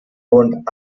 und